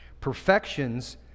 perfections